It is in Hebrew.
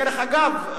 דרך אגב,